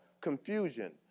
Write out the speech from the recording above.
confusion